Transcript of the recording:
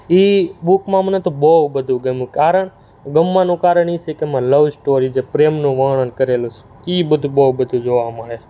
એ બુકમાં મને તો બહુ બધું ગમ્યું કારણ ગમવાનું કારણ એ છે કે એમાં લવ સ્ટોરી છે પ્રેમનું વર્ણન કરેલું છે એ બધું બહુ બધું જોવા મળે